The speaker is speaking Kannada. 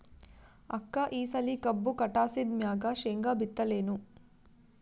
ಅಕ್ಕ ಈ ಸಲಿ ಕಬ್ಬು ಕಟಾಸಿದ್ ಮ್ಯಾಗ, ಶೇಂಗಾ ಬಿತ್ತಲೇನು?